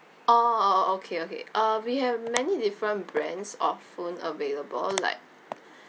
oh okay okay uh we have many different brands of phone available like